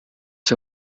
see